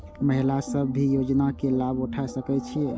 महिला सब भी योजना के लाभ उठा सके छिईय?